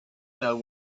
know